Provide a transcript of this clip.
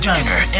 Diner